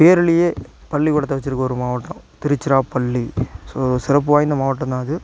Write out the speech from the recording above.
பேருலேயே பள்ளி கூடத்தை வச்சுருக்க ஒரு மாவட்டம் திருச்சிராப்பள்ளி ஸோ சிறப்பு வாய்ந்த மாவட்டம் தான் அது